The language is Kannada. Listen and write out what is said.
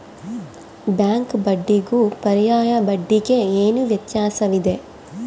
ಬ್ಯಾಂಕ್ ಬಡ್ಡಿಗೂ ಪರ್ಯಾಯ ಬಡ್ಡಿಗೆ ಏನು ವ್ಯತ್ಯಾಸವಿದೆ?